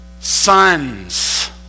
sons